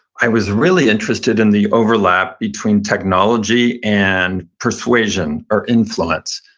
i was really interested in the overlap between technology and persuasion or influence,